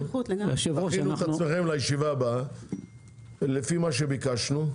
תכינו את עצמכם לישיבה הבאה לפי מה שביקשנו.